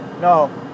No